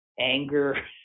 anger